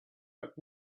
but